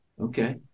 Okay